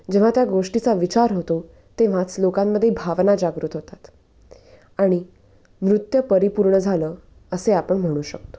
जेव्हा त्या गोष्टीचा विचार होतो तेव्हाच लोकांमध्ये भावना जागृत होतात आणि नृत्य परिपूर्ण झालं असे आपण म्हणू शकतो